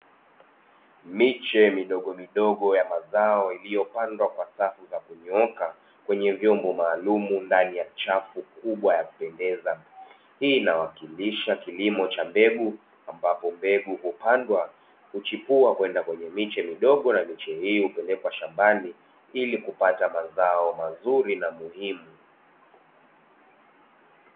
Miche midogomidogo ya mazao iliyopandwa kwa safu za kunyooka kwenye vyombo maalumu ndani ya chafu kubwa ya kupendeza; hii inawakilisha kilimo cha mbegu ambapo mbegu hupandwa, huchipua kwenda kwenye miche midogo na miche hii hupelekwa shambani ili kupata mazao mazuri na muhimu.